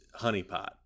honeypot